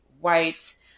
white